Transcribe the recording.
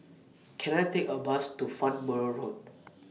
Can I Take A Bus to Farnborough Road